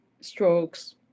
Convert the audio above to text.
strokes